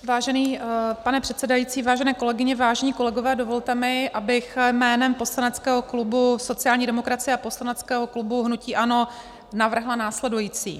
Vážený pane předsedající, vážené kolegyně, vážení kolegové, dovolte mi, abych jménem poslaneckého klubu sociální demokracie a poslaneckého klubu hnutí ANO navrhla následující.